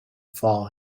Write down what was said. for